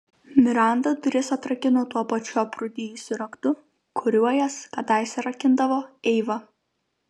miranda duris atrakino tuo pačiu aprūdijusiu raktu kuriuo jas kadaise rakindavo eiva